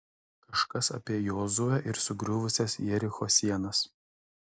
kažkas apie jozuę ir sugriuvusias jericho sienas